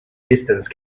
distance